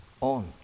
on